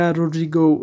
Rodrigo